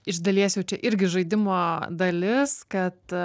iš dalies jau čia irgi žaidimo dalis kad